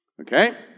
Okay